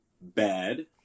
bad